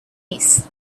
eyes